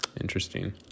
Interesting